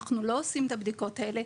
אנחנו לא עושים את הבדיקות האלה.